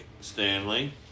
Stanley